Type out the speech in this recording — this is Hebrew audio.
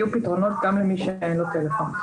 גם יהיו פתרונות גם למי שאין לו טלפון.